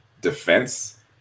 defense